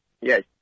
Yes